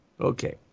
Okay